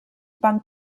van